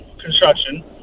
construction